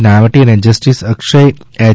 નાણાવટી અને જસ્ટીસ અક્ષય એય